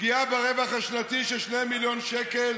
פגיעה ברווח השנתי של 2 מיליון שקל,